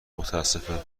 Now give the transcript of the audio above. متاسفم